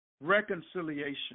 Reconciliation